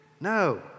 no